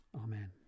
Amen